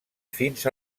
fins